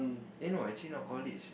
eh no actually not college